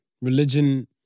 Religion